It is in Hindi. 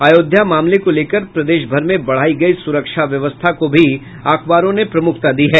अयोध्या मामले को लेकर प्रदेशभर में बढ़ायी गयी सुरक्षा व्यवस्था को भी अखबारों ने प्रमुखता दी है